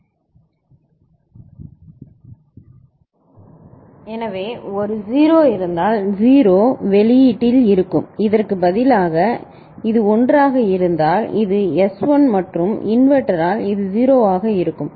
எனவே ஒரு 0 இருந்தால் 0 வெளியீட்டில் இருக்கும் இதற்கு பதிலாக இது 1 ஆக இருந்தால் இது S 1 மற்றும் இன்வெர்ட்டரால் இது 0 ஆக இருக்கும்